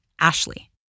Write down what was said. Ashley